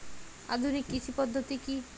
আধুনিক কৃষি পদ্ধতি কী?